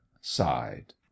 sighed